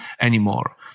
anymore